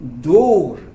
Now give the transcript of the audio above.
door